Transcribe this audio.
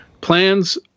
Plans